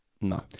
No